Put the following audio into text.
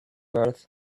earth